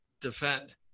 defend